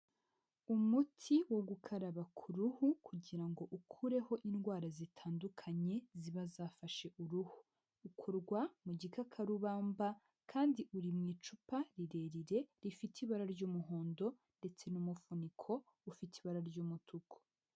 Umuti wo gukaraba ku ruhu kugira ngo ukureho indwara zitandukanye ziba zafashe k'uruhu, ukorwa mu gikakarubamba kandi uri mu icupa rirerire, rifite ibara ry'umuhondo ndetse n'umufuniko ufite ibara ry'umutuku.